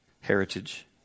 heritage